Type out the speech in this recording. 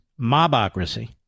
mobocracy